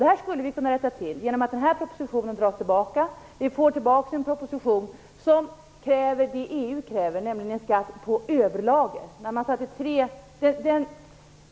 Detta skulle vi kunna rätta till genom att den nu framlagda propositionen dras tillbaka och genom att det i en ny proposition föreslås detsamma som EU kräver, nämligen en skatt på överlager.